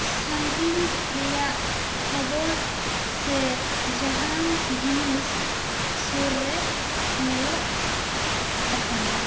ᱥᱟᱺᱜᱤᱧ ᱨᱮᱭᱟᱜ ᱠᱷᱚᱵᱚᱨ ᱥᱮ ᱡᱟᱦᱟᱱ ᱡᱤᱱᱤᱥ ᱥᱩᱨ ᱨᱮ ᱧᱮᱞᱚᱜ ᱟᱠᱟᱱᱟ